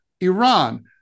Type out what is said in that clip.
Iran